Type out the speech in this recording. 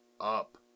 up